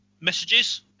Messages